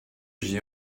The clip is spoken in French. j’y